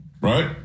Right